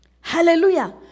Hallelujah